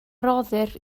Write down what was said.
rhoddir